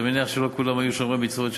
אני מניח שלא כולם היו שומרי מצוות שם,